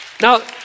now